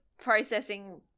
processing